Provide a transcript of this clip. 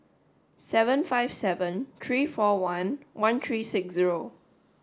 seven five seven three four one one three six zero